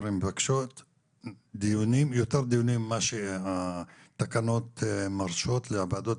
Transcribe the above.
יש יותר דיונים ממה שהתקנות מרשות לוועדות